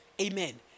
Amen